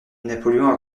napoléon